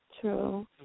true